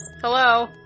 hello